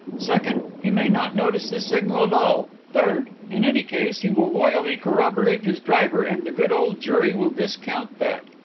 second, he may not notice the signal at all. third, in any case he will loyally corroborate his driver and the good old jury will discount that.